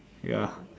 ya